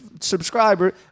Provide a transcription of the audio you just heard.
subscriber